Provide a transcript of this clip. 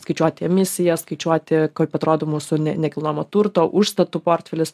skaičiuoti emisijas skaičiuoti kaip atrodo mūsų nekilnojamo turto užstatų portfelis